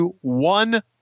one